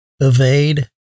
evade